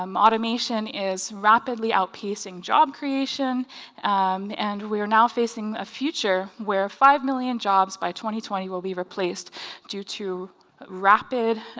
um automation is rapidly outpacing job creation and we are now facing a future where five million jobs by twenty twenty will be replaced due to rapid